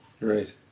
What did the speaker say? Right